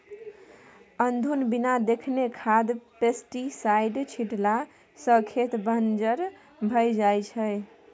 अनधुन बिना देखने खाद पेस्टीसाइड छीटला सँ खेत बंजर भए जाइ छै